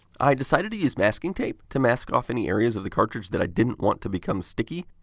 i decided to use masking tape to mask off any areas of the cartridge that i didn't want to become sticky.